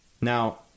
Now